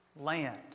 land